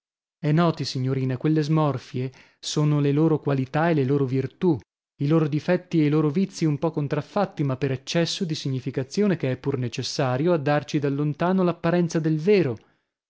e noti signorina quelle smorfie sono le loro qualità e le loro virtù i loro difetti e i loro vizi un po contraffatti ma per eccesso di significazione che è pur necessario a darci da lontano l'apparenza del vero